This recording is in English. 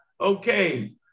Okay